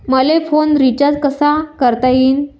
मले phone recharge कसा करता येईन?